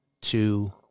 two